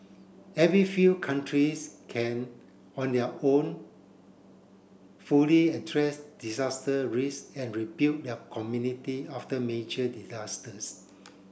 every few countries can on their own fully address disaster risk and rebuild their community after major disasters